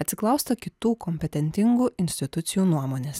atsiklausta kitų kompetentingų institucijų nuomonės